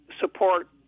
support